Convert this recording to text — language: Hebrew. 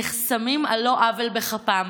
נחסמים על לא עוול בכפם,